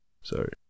Sorry